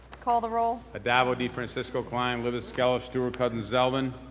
call the roll. addabbo, defrancisco, klein, libous, skelos, stewart-cousins, zeldin.